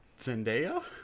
Zendaya